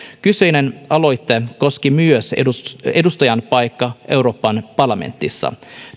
kyseinen aloite koski edustajan paikkaa euroopan parlamentissa